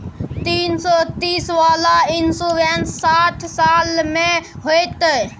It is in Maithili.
तीन सौ तीस वाला इन्सुरेंस साठ साल में होतै?